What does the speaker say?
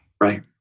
Right